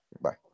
Bye